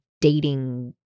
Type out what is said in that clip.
dating